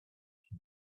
she